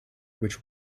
which